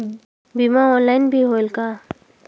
बीमा ऑनलाइन भी होयल का?